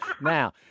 Now